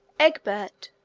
egbert,